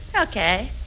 Okay